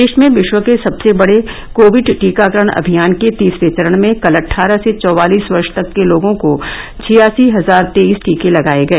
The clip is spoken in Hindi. देश में विश्व के सबसे बडे कोविड टीकाकरण अभियान के तीसरे चरण में कल अटठारह से चौवालीस वर्ष के लोगों को छियासी हजार तेईस टीके लगाए गए